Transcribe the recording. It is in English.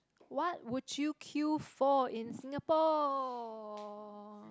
what would you queue for in Singapore